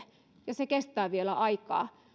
ja se vie vielä aikaa